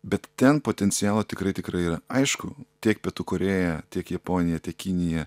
bet ten potencialo tikrai tikrai yra aišku tiek pietų korėja tiek japonija tiek kinija